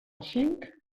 cinc